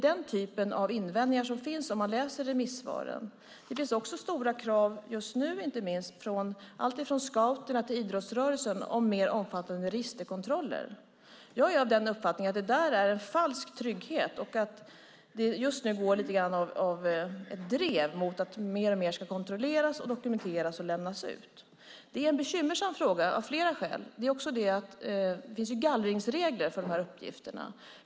Det är den typen av invändningar som finns att läsa i remissvaren. Det finns också stora krav, inte minst just nu, alltifrån scouterna till idrottsrörelsen om mer omfattande registerkontroller. Jag är av den uppfattningen att det där är falsk trygghet och att det just nu går lite grann av ett drev för att mer och mer ska kontrolleras, dokumenteras och lämnas ut. Det är en bekymmersam fråga av flera skäl. Det finns också gallringsregler för de här uppgifterna.